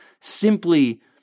simply